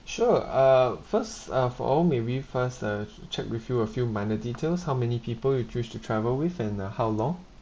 sure uh first uh for all may we first uh check with you a few minor details how many people you choose to travel with and uh how long